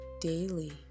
daily